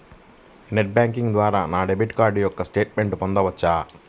Net banking ద్వారా నా debit card యొక్క స్టేట్మెంట్ పొందవచ్చా?